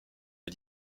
est